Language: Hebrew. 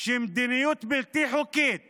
שמדיניות בלתי חוקית